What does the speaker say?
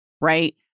right